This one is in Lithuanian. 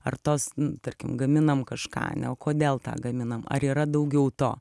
ar tos tarkim gaminam kažką ane o kodėl tą gaminam ar yra daugiau to